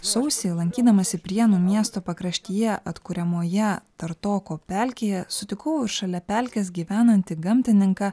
sausį lankydamasi prienų miesto pakraštyje atkuriamoje tartoko pelkėje sutikau šalia pelkės gyvenantį gamtininką